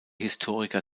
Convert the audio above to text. historiker